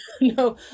no